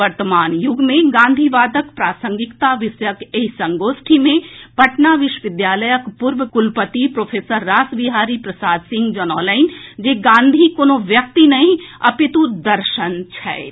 वर्तमान युग मे गांधीवादक प्रासंगिकता विषयक एहि संगोष्ठि मे पटना विश्वविद्यालय पूर्व कुलपति प्रोफेसर रासबिहारी प्रसाद सिंह जनौलनि जे गांधी कोनो व्यक्ति नहि अपितु दर्शन छथि